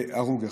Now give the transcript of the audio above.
והרוג אחד.